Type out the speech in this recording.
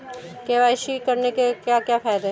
KYC करने के क्या क्या फायदे हैं?